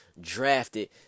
drafted